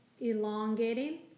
elongating